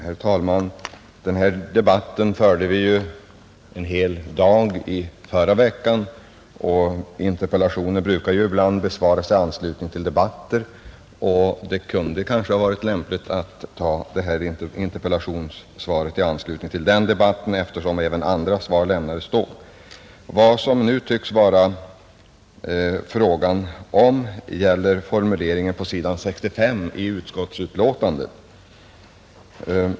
Herr talman! Debatten om utlokalisering och personalfrågorna förde vi ju en hel dag i förra veckan, Interpellationer som ansluter sig till aktuella debatter brukar ju ibland besvaras i anslutning till dem. Det hade kanske varit lämpligt att ta det här interpellationssvaret i anslutning till förra veckans debatt. Vad det nu tycks vara fråga om är formuleringen på s. 65 i inrikesutskottets betänkande.